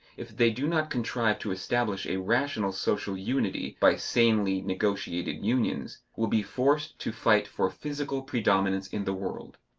if they do not contrive to establish a rational social unity by sanely negotiated unions, will be forced to fight for physical predominance in the world.